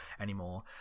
anymore